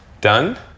Done